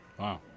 Wow